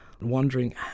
wondering